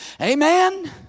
Amen